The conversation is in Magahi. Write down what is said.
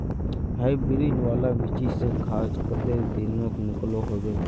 हाईब्रीड वाला बिच्ची से गाछ कते दिनोत निकलो होबे?